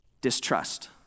distrust